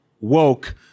woke